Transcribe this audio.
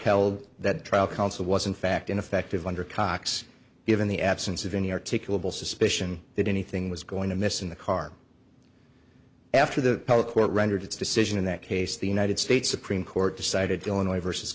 held that trial counsel was in fact ineffective under cox given the absence of any articulable suspicion that anything was going to miss in the car after the court rendered its decision in that case the united states supreme court decided to illinois v